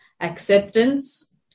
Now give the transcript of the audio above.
acceptance